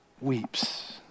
weeps